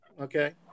Okay